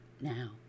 now